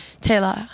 Taylor